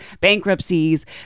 bankruptcies